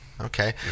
Okay